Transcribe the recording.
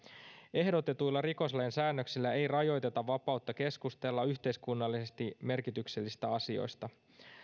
ehdotetuilla rikoslain säännöksillä ei rajoiteta vapautta keskustella yhteiskunnallisesti merkityksellisistä asioista